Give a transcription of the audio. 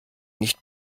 nicht